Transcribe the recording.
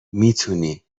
میتونی